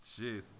jeez